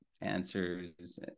answers